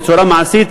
בצורה מעשית,